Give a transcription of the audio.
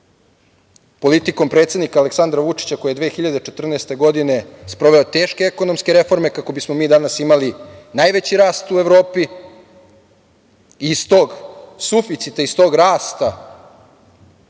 politikom predsednika Aleksandra Vučića, koji je 2014. godine sproveo teške ekonomske reforme kako bismo mi danas imali najveći rast u Evropi. Iz tog suficita, iz tog rasta